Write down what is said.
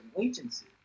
agency